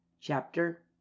Chapter